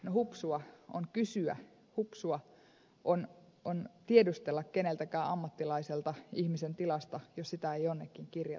no hupsua on kysyä hupsua on tiedustella keneltäkään ammattilaiselta ihmisen tilasta jos sitä ei jonnekin kirjata ylös